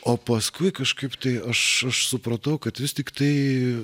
o paskui kažkaip tai aš aš supratau kad vis tiktai